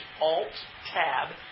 Alt-Tab